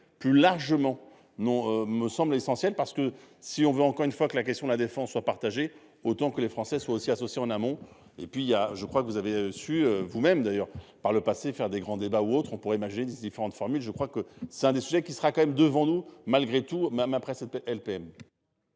plus largement non me semble essentiel parce que si on veut encore une fois que la question de la défense soit partagé autant que les Français soient aussi associés en amont et puis il y a, je crois que vous avez su vous-même d'ailleurs par le passé, faire des grands débats ou autre, on pourrait imaginer différentes formules. Je crois que c'est un des sujets qui sera quand même devant nous. Malgré tout, Madame après cette LPM.